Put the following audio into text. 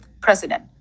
president